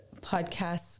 podcasts